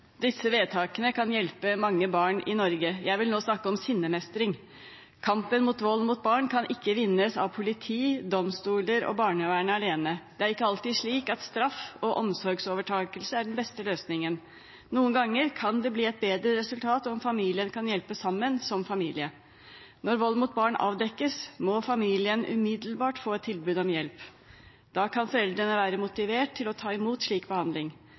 Disse vedtakene kan hjelpe mange barn i Norge. Jeg vil nå snakke om sinnemestring. Kampen mot vold mot barn kan ikke vinnes av politi, domstoler og barnevernet alene. Det er ikke alltid slik at straff og omsorgsovertakelse er den beste løsningen. Noen ganger kan det bli et bedre resultat om familien kan hjelpes sammen, som familie. Når vold mot barn avdekkes, må familien umiddelbart få et tilbud om hjelp. Da kan foreldrene være motivert til å ta imot slik behandling.